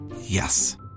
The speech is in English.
Yes